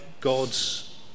God's